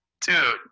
Dude